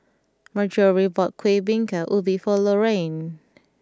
Marjorie bought Kueh Bingka Ubi for Lorayne